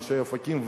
אנשי אופקים,